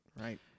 Right